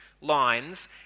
lines